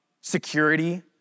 security